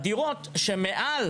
הדירות שמעל